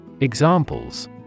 Examples